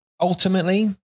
ultimately